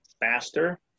faster